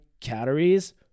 calories